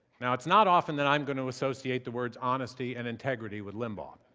now it's not often that i'm going to associate the words honesty and integrity with limbaugh,